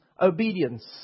obedience